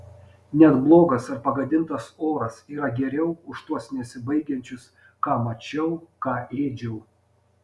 net blogas ar pagadintas oras yra geriau už tuos nesibaigiančius ką mačiau ką ėdžiau